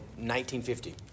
1950